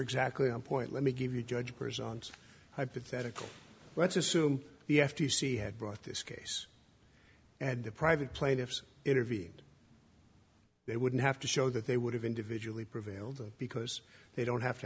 exactly on point let me give you judge greer's on hypothetical let's assume the f t c had brought this case and the private plaintiffs interviewed they wouldn't have to show that they would have individually prevailed because they don't have to